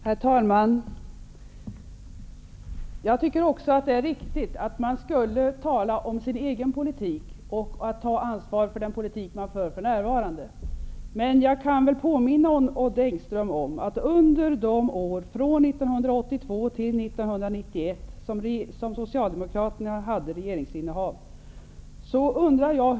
Herr talman! Jag tycker också att det är riktigt att ta ansvar för den politik man för närvarande för. Men jag kan påminna Odd Engström om åren 1982 till 1991 då Socialdemokraterna hade regeringsinnehavet.